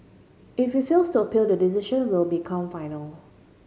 if it fails to appeal the decision will become final